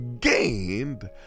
gained